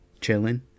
chilling